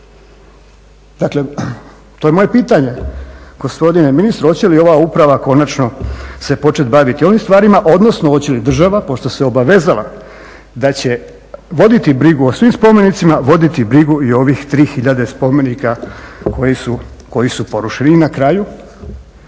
Dakle, to je moje pitanje gospodine ministre hoće li ova uprava konačno se početi baviti ovim stvarima, odnosno hoće li država pošto se obavezala da će voditi brigu o svim spomenicima voditi brigu i ovih 3 hiljade spomenika koji su porušeni. I na kraju